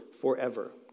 forever